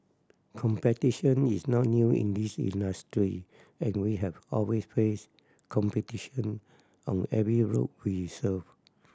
competition is not new in this industry and we have always faced competition on every route we serve